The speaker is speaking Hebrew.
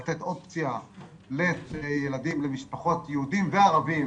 לתת אופציה למשפחות יהודים וערבים